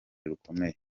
rukomeye